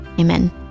Amen